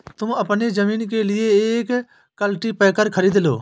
तुम अपनी जमीन के लिए एक कल्टीपैकर खरीद लो